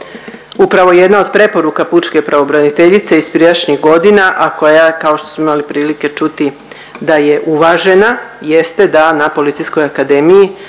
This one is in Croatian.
Upravo jedna od preporuka pučke pravobraniteljice iz prijašnjih godina, a koja je kao što smo imali prilike čuti, da je uvažena, jeste da na policijskoj akademiji